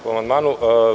Po amandmanu.